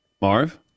Marv